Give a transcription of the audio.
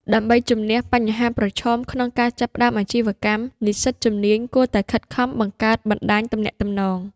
ដើម្បីជំនះបញ្ហាប្រឈមក្នុងការចាប់ផ្តើមអាជីវកម្ម និស្សិតជំនាញគួរតែខិតខំបង្កើតបណ្តាញទំនាក់ទំនង។